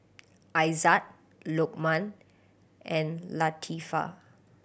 Aizat Lokman and Latifa